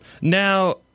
Now